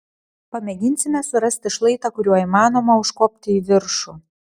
pamėginsime surasti šlaitą kuriuo įmanoma užkopti į viršų